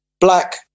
black